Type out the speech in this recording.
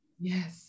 Yes